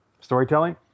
storytelling